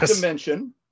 Dimension